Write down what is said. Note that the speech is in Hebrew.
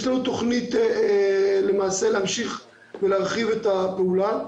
יש לנו תוכניות להמשיך ולהרחיב את הפעולה,